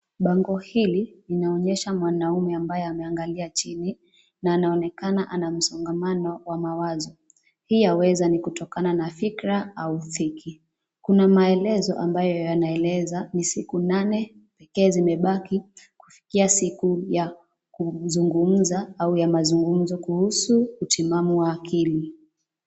Bango hili, inaonyesha mwanaume ambaye ameangalia chini, na anaonekana ana msongamano wa mawazo, hii yaweza ni kutokana na fikra au dhiki, kuna maelezo ambayo yanaeleza ni siku nane, pekee zimebaki, kufikia siku ya, kuzungumza au ya mazungumzo kuhusu utimamu wa akili.